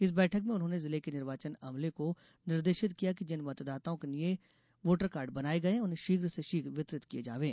इस बैठक में उन्होंने जिले के निर्वाचन अमले को निर्देशित किया कि जिन मतदाताओं के नये वोटरकार्ड बनाये गये हैं उन्हें शीघ्र से शीघ्र वितरित किये जावे